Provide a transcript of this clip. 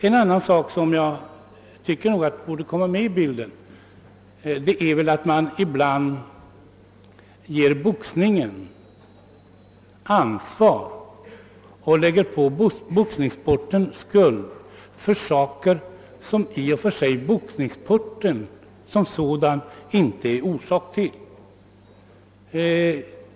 En annan sak som jag tycker borde komma med i bilden är att man ibland ger boxningen ansvar för och lägger på boxningssporten skulden för saker som boxningssporten som sådan inte är orsak till.